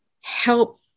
help